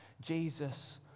Jesus